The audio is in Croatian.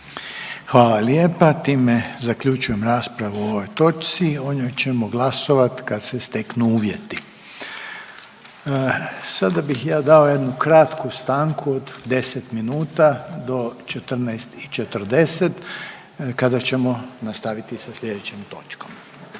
Hvala lijepa. Time zaključujem raspravu o ovoj točci. O njoj ćemo glasovati kad se steknu uvjeti. Sad ćemo napraviti jednu stanku do 12 sati i 15 minuta kad ćemo nastaviti sa slijedećom točkom.